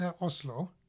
Oslo